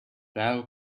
thou